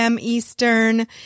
Eastern